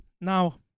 Now